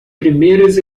primeiras